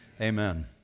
Amen